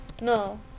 no